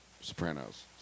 Sopranos